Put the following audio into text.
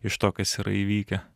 iš to kas yra įvykę